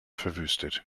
verwüstet